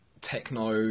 techno